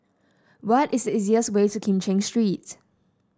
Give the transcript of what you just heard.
what is the easiest way to Kim Cheng Street